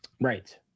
Right